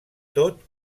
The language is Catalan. tot